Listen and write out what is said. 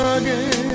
again